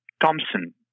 Thompson